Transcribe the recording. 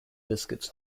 biscuits